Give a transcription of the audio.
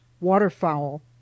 Waterfowl